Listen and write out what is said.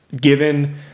given